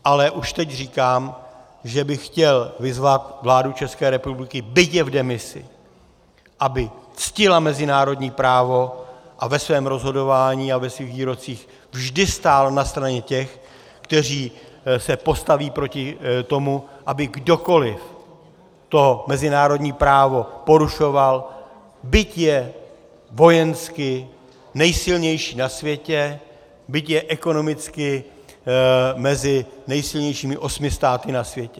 Ale už teď říkám, že bych chtěl vyzvat vládu České republiky, byť je v demisi, aby ctila mezinárodní právo a ve svém rozhodování a ve svých výrocích vždy stála na straně těch, kteří se postaví proti tomu, aby kdokoliv to mezinárodní právo porušoval, byť je vojensky nejsilnější na světě, byť je ekonomicky mezi nejsilnějšími osmi státy na světě.